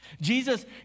Jesus